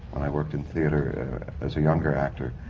when i worked in theatre as a younger actor.